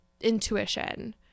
intuition